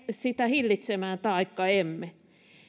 sitä hillitsemään taikka emme